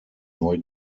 neu